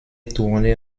tourné